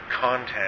content